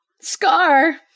scar